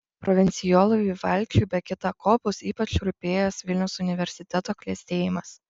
provincijolui vivaldžiui be kita ko bus ypač rūpėjęs vilniaus universiteto klestėjimas